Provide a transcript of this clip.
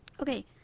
Okay